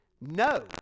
No